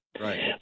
Right